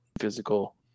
physical